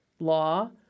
law